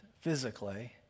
physically